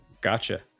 Gotcha